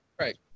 right